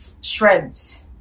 shreds